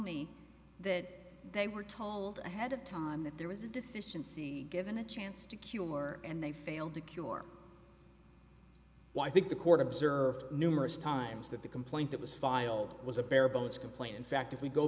me that they were told ahead of time that there was a deficiency given a chance to cure and they failed to cure why i think the court observed numerous times that the complaint that was filed was a bare bones complaint in fact if we go